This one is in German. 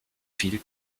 viel